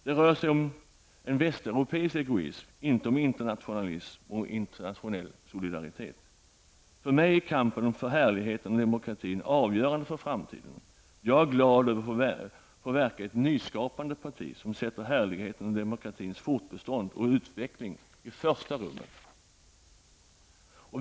Det rör sig om en västeuropeisk egoism, inte om internationalism och internationell solidaritet. För mig är kampen för härligheten och demokratin avgörande för framtiden. Jag är glad över att få verka i ett nyskapande parti, som sätter härlighetens och demokratins fortbestånd och utveckling i första rummet.